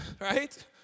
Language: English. right